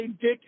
dick